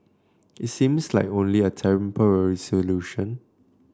it seems like only a temporary solution